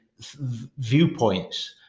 viewpoints